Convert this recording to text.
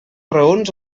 raons